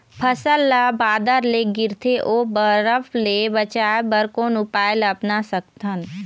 फसल ला बादर ले गिरथे ओ बरफ ले बचाए बर कोन उपाय ला अपना सकथन?